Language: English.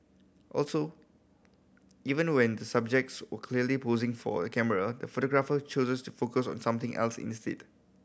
also even when the subjects were clearly posing for a camera the photographer choses to focus on something else instead